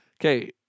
Okay